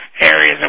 areas